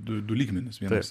du du lygmenys vienas